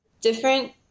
different